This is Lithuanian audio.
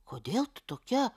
kodėl tu tokia